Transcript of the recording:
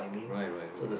right right okay